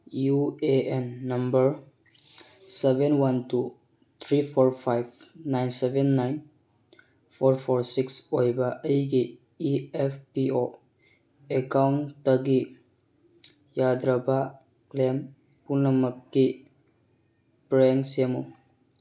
U A N number seven one two three four five nine seven nine four four six ꯑꯣꯏꯕ ꯑꯩꯒꯤ E F P O ꯑꯦꯀꯥꯎꯟꯇꯒꯤ ꯌꯥꯗ꯭ꯔꯕ claim ꯄꯨꯝꯅꯃꯛꯀꯤ ꯄꯔꯤꯡ ꯁꯦꯝꯃꯨ